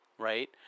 Right